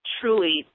truly